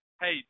hey